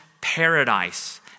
paradise